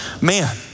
man